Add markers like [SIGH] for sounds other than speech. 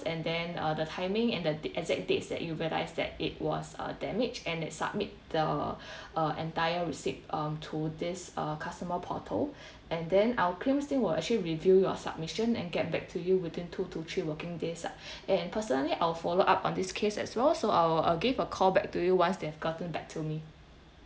and then uh the timing and the [NOISE] exact dates that you realised that it was uh damage and then submit the [BREATH] uh entire receipt um to this uh customer portal [BREATH] and then our claims team will actually review your submission and get back to you within two to three working days ah [BREATH] and personally I'll follow up on this case as well so I will I'll give a call back to you once they've gotten back to me